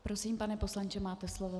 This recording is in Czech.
Prosím, pane poslanče, máte slovo.